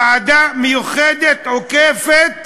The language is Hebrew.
ועדה מיוחדת עוקפת